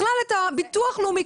בכלל את הביטוח לאומי,